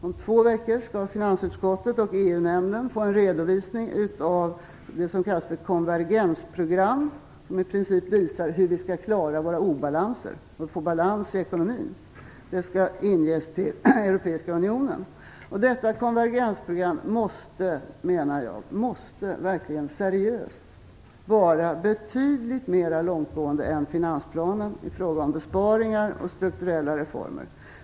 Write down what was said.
Om två veckor skall finansutskottet och EU-nämnden få en redovisning av det som kallas för konvergensprogram, som i princip visar hur vi skall klara våra obalanser och få balans i ekonomin. Det skall inges till Europeiska unionen. Detta konvergensprogram måste verkligen seriöst vara betydligt mera långtgående än finansplanen i fråga om besparingar och strukturella reformer.